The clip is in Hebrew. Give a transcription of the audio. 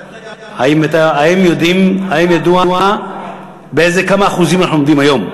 דרך אגב, האם ידוע בכמה אחוזים אנחנו עומדים היום?